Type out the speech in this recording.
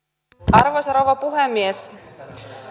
arvoisa rouva puhemies